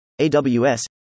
AWS